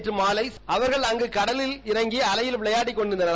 நேற்றமாலை அவர்கள் அங்கு கடலில் இறங்கி அலையில் விளையாடிக் கொண்டிருந்தனர்